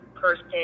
person